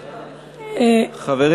חברים,